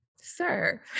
sir